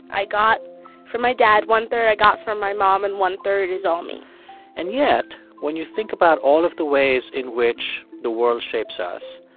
i got from my dad, one-third, i got from my mom, and one-third is all me and yet, when you think about all of the ways in which the world shapes us,